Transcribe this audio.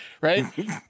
right